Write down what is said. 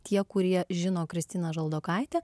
tie kurie žino kristiną žaldokaitę